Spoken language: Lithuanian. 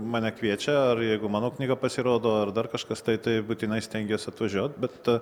mane kviečia ar jeigu mano knyga pasirodo ar dar kažkas tai tai būtinai stengiuos atvažiuot bet ta